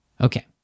Okay